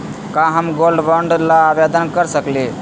का हम gold bond ल आवेदन कर सकली?